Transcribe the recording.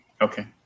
Okay